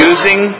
Using